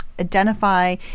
identify